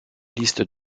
liste